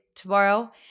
Tomorrow